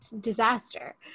disaster